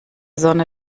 sonne